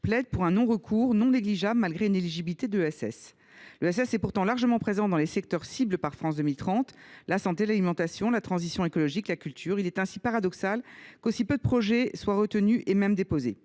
plaide pour un non recours non négligeable des entreprises de ce domaine, malgré l’éligibilité de l’ESS. L’ESS est pourtant largement présente dans les secteurs ciblés par le plan France 2030 : la santé, l’alimentation, la transition écologique, la culture. Il est ainsi paradoxal qu’aussi peu de projets soient retenus et même déposés.